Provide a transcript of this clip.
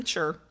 Sure